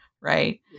right